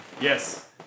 Yes